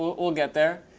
we'll get there.